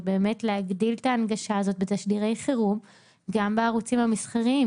להגדיל את ההנגשה הזאת בתשדירי חירום גם בערוצים המסחריים,